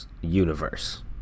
universe